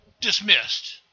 Dismissed